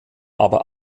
aber